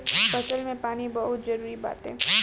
फसल में पानी बहुते जरुरी बाटे